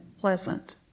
Pleasant